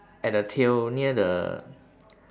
at the tail near the